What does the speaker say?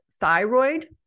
thyroid